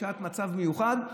בשעת מצב מיוחד,